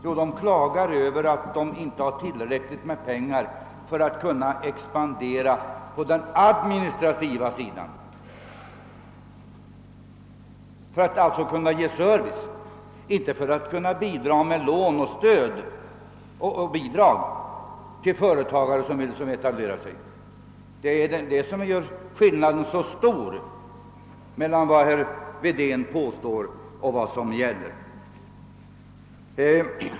Jo, de klagar över att de inte har tillräckligt med pengar för att expandera på den administrativa sidan, d.v.s. för att kunna ge service. Det gäller alltså inte att kunna lämna bidrag till företagare som vill starta en rörelse. Det är detta som gör skillnaden så stor mellan herr Wedéns påstående och verkligheten.